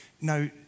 no